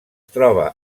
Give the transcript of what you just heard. troba